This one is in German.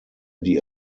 die